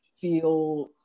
feel